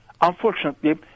Unfortunately